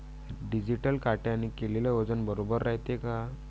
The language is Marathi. डिजिटल काट्याने केलेल वजन बरोबर रायते का?